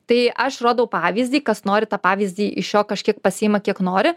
tai aš rodau pavyzdį kas nori tą pavyzdį iš jo kažkiek pasiima kiek nori